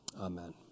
Amen